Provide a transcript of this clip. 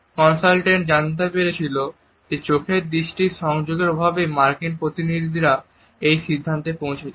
consultant জানতে পেরেছিলেন যে চোখের দৃষ্টি সংযোগের অভাবের জন্যই মার্কিন প্রতিনিধিরা এই সিদ্ধান্তে পৌঁছেছেন